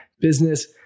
business